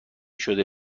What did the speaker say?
شده